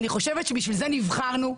לכן נבחרנו.